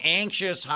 anxious